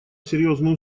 серьезную